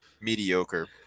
mediocre